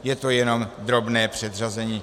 Je to jenom drobné předřazení.